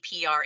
PR